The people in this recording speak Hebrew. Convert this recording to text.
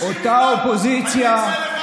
אתה בכלל יכול לכהן כשר?